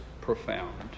profound